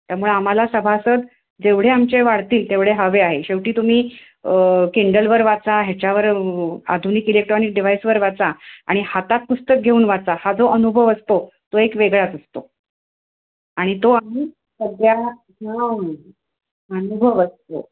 त्यामुळे आम्हाला सभासद जेवढे आमचे वाढतील तेवढे हवे आहे शेवटी तुम्ही किंडलवर वाचा ह्याच्यावर आधुनिक इलेक्ट्रॉनिक डिवाईसवर वाचा आणि हातात पुस्तक घेऊन वाचा हा जो अनुभव असतो तो एक वेगळाच असतो आणि तो आम्ही सध्या अनुभव असतो